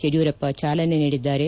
ಯದಿಯರೂಪ್ಸ ಚಾಲನೆ ನೀಡಿದ್ದಾರೆ